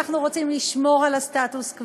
אנחנו רוצים לשמור על הסטטוס-קוו.